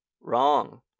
Wrong